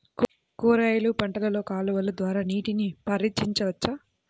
కూరగాయలు పంటలలో కాలువలు ద్వారా నీటిని పరించవచ్చా?